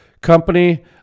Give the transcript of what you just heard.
company